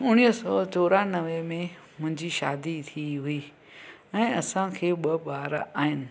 उणिवीह सौ चोरानवे में मुंहिंजी शादी थी हुई ऐं असांखे ॿ ॿार आहिनि